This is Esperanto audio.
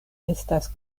estas